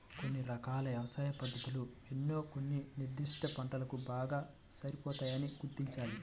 కొన్ని రకాల వ్యవసాయ పద్ధతులు ఏవో కొన్ని నిర్దిష్ట పంటలకు బాగా సరిపోతాయని గుర్తించాలి